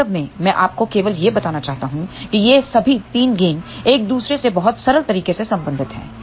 वास्तव में मैं आपको केवल यह बताना चाहता हूं कि ये सभी 3 गेन एक दूसरे से बहुत सरल तरीके से संबंधित हैं